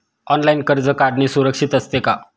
Online कर्ज काढणे सुरक्षित असते का?